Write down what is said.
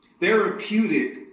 therapeutic